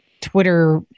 Twitter